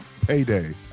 Payday